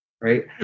right